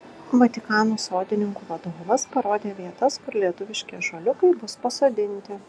vatikano sodininkų vadovas parodė vietas kur lietuviški ąžuoliukai bus pasodinti